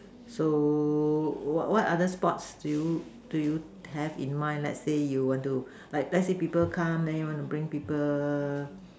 so what other sports do you do you have in mind let's say you want to like let's say people come then you want to bring people